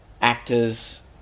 actors